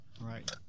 right